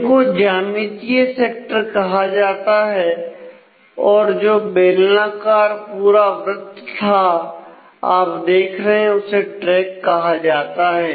इनको ज्यामितीय सेक्टर कहा जाता है और जो बेलनाकार पूरा वृत था आप देख रहे हैं उसे ट्रैक कहा जाता है